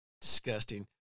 disgusting